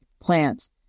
plants